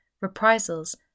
reprisals